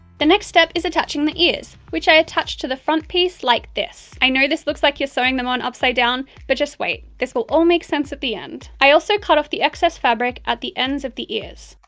the next step is attaching the ears, which i attached to the front piece like this. i know this looks like you're sewing them on upsidedown, but just wait this will all make sense at the end. i also cut off the excess fabric at the ends of the ears.